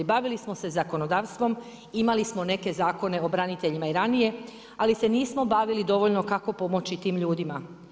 Bavili smo se zakonodavstvom, imali smo neke zakone o braniteljima i ranije ali se nismo bavili dovoljno kako pomoći tim ljudima.